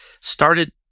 started